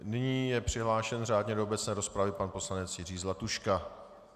Nyní je přihlášen řádně do obecné rozpravy pan poslanec Jiří Zlatuška.